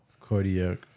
cardiac